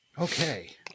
okay